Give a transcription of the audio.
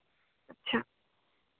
अच्छा